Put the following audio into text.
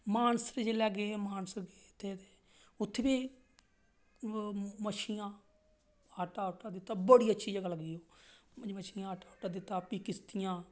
मानसर जेल्लै गे ते गे मानसर ते उत्थें बी मच्छियां आटा दित्ता बड़ी अच्छी जगह लग्गी ओह् ते मच्छियें गी आटा दित्ता भी किश्तियां